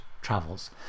travels